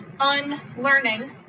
unlearning